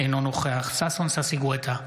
אינו נוכח ששון ששי גואטה,